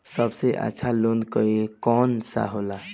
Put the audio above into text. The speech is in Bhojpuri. सबसे अच्छा लोन कौन सा होला?